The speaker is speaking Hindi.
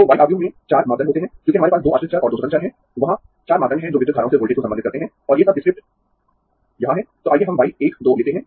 तो y आव्यूह में चार मापदंड होते है क्योंकि हमारे पास दो आश्रित चर और दो स्वतंत्र चर है वहां चार मापदंड है जो विद्युत धाराओं से वोल्टेज को संबंधित करते है और ये सब स्क्रिप्ट यहां है